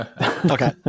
okay